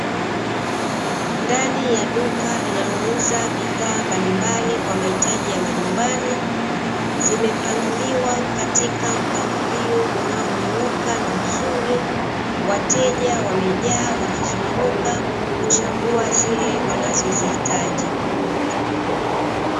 Ndani ya duka linalouza bidhaa mbalimbali kwa mahitaji ya majumbani, zimepangiliwa katika mpangilio unaonyooka na mzuri, wateja wamejaa wakizunguka kuchagua zile wanazozihitaji.